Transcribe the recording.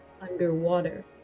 underwater